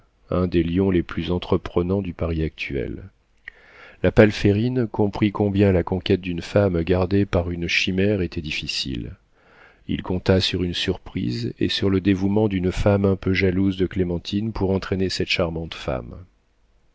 un des lions les plus entreprenants du paris actuel la palférine comprit combien la conquête d'une femme gardée par une chimère était difficile il compta sur une surprise et sur le dévouement d'une femme un peu jalouse de clémentine pour entraîner cette charmante femme